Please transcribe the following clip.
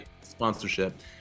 sponsorship